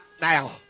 now